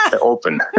open